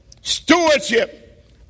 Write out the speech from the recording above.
stewardship